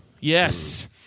yes